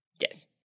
Yes